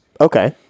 Okay